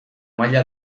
maila